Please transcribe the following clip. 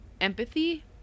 empathy